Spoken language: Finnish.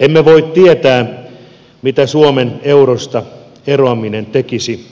emme voi tietää mitä suomen eurosta eroaminen tekisi